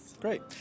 Great